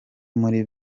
muri